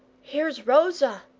here's rosa,